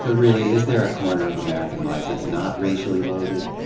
but really, is there a corner of american life that's not racially loaded?